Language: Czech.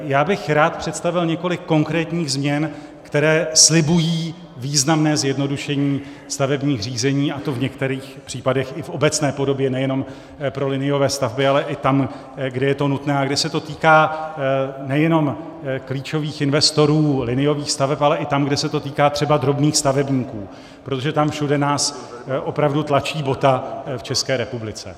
Já bych rád představil několik konkrétních změn, které slibují významné zjednodušení stavebních řízení, a to v některých případech i v obecné podobě, nejenom pro liniové stavby, ale i tam, kde je to nutné a kde se to týká nejenom klíčových investorů liniových staveb, ale i tam, kde se to týká třeba drobných stavebníků, protože tam všude nás opravdu tlačí bota v České republice.